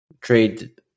trade